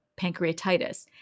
pancreatitis